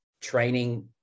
training